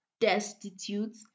destitute